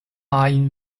ajn